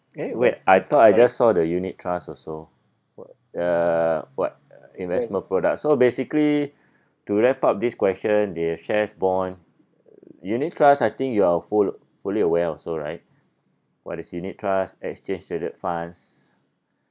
eh wait I thought I just saw the unit trust also what uh what investment products so basically to wrap up this question the shares bond unit trust I think you are full fully aware also right about this unit trust exchange traded funds